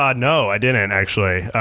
um no, i didn't and actually.